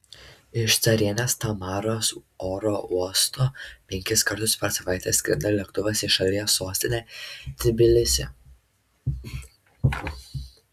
iš carienės tamaros oro uosto penkis kartus per savaitę skrenda lėktuvas į šalies sostinę tbilisį